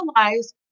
realize